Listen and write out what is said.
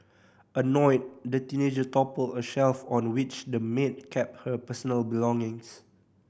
annoyed the teenager toppled a shelf on which the maid kept her personal belongings